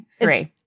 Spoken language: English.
Three